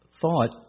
thought